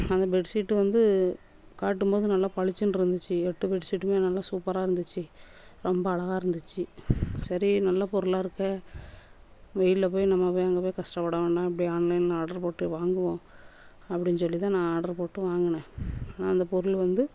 அந்த bed sheet வந்து காட்டும் போது நல்ல பளிச்சின்னு இருந்துச்சு எட்டு பெட் சீட்டுமே நல்ல சூப்பராக இருந்துச்சு ரொம்ப அழகா இருந்துச்சு சரி நல்ல பொருளாக இருக்கே வெயிலில் போய் நம்ம வாங்கவே கஷ்டப்பட வேண்டாம் அப்படி ஆன்லைனில் ஆர்டர் போட்டே வாங்குவோம் அப்படின்னு சொல்லி தான் நான் ஆர்டர் போட்டு வாங்குனேன் ஆனால் அந்த பொருள் வந்து